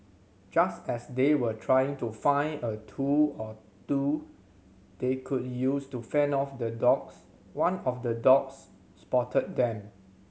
just as they were trying to find a tool or two they could use to fend off the dogs one of the dogs spotted them